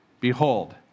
Behold